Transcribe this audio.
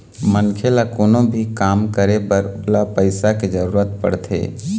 मनखे ल कोनो भी काम करे बर ओला पइसा के जरुरत पड़थे